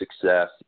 success